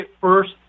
first